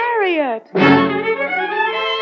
Harriet